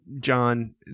John